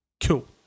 Cool